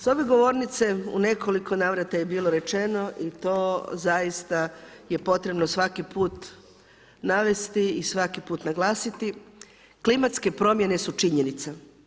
S ove govornice u nekoliko navrata je bilo rečeno i to zaista je potrebno svaki put navesti i svaki put naglasiti, klimatske promjene su činjenica.